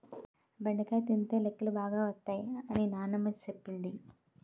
బెండకాయ తినితే లెక్కలు బాగా వత్తై అని నానమ్మ సెప్పింది